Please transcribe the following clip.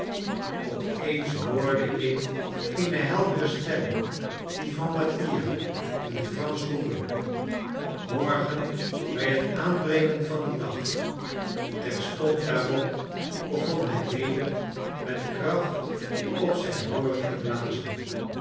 opeens hoorde ik eene heldere stem die van mattia in het fransch roepen morgen bij het aanbreken van den dag terstond daarop begon hij weder met kracht op zijn horen te blazen